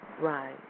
Right